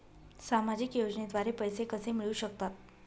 सामाजिक योजनेद्वारे पैसे कसे मिळू शकतात?